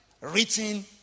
written